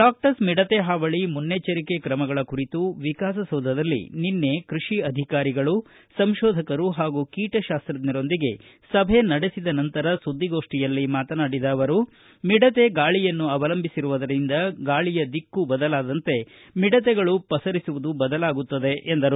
ಲಾಕ್ಟಸ್ ಮಿಡತೆ ಹಾವಳಿ ಮುನ್ನೆಚ್ಚರಿಕೆ ಕ್ರಮಗಳ ಕುರಿತು ವಿಕಾಸಸೌಧದಲ್ಲಿ ನಿನ್ನೆ ಕೃಷಿ ಅಧಿಕಾರಿಗಳು ಕೃಷಿ ಸಂಶೋಧಕರು ಪಾಗೂ ಕೀಟಶಾಸ್ತಜ್ಞರೊಂದಿಗೆ ಸಭೆ ನಡೆಸಿದ ನಂತರ ಸುದ್ಗಿಗೋಷ್ಟಿಯಲ್ಲಿ ಮಾತನಾಡಿದ ಅವರು ಮಿಡತೆ ಗಾಳಿಯನ್ನು ಅವಲಂಬಿಸಿರುವುದರಿಂದ ಗಾಳಿಯ ದಿಕ್ಕು ಬದಲಾದಂತೆ ಮಿಡತೆಗಳು ಪಸರಿಸುವುದು ಬದಲಾಗುತ್ತದೆ ಎಂದರು